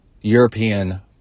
European